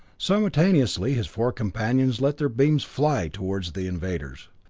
simultaneously his four companions let their beams fly toward the invaders.